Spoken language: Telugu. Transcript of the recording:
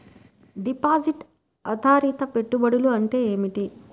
డిపాజిట్ ఆధారిత పెట్టుబడులు అంటే ఏమిటి?